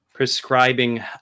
prescribing